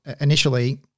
initially